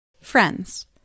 Friends